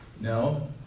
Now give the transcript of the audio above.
No